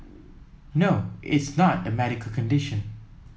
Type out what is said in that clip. no it's not a medical condition